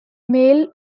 male